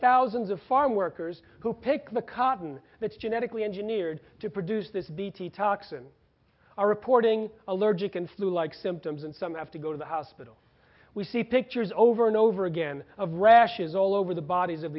thousands of farm workers who pick the cotton that's genetically engineered to produce this bt toxin are reporting allergic and flu like symptoms and some have to go to the hospital we see pictures over and over again of rashes all over the bodies of